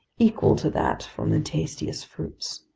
equal to that from the tastiest fruits.